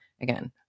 again